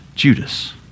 Judas